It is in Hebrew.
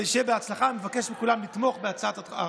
אני מבקש מכולם לתמוך בהצעת החוק.